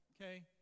okay